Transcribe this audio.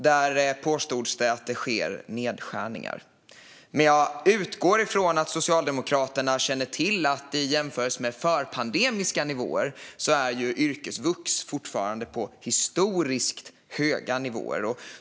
Där påstods det att det sker nedskärningar, men jag utgår från att Socialdemokraterna känner till att i jämförelse med förpandemiska nivåer är yrkesvux fortfarande på historiskt höga nivåer.